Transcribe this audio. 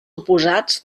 oposats